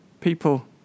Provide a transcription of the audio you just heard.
people